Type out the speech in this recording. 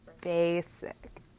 basic